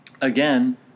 again